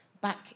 back